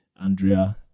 Andrea